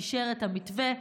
אישר את המתווה.